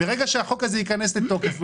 מרגע שהחוק הזה ייכנס לתוקף,